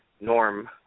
norm